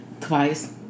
Twice